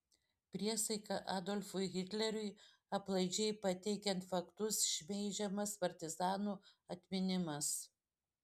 priesaika adolfui hitleriui aplaidžiai pateikiant faktus šmeižiamas partizanų atminimas